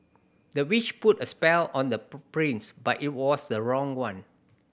the witch put a spell on the prince but it was the wrong one